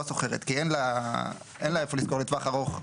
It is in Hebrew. שוכרת כי אין לה איפה לשכור לטווח ארוך.